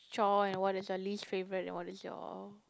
chore and what is your least favourite and what is your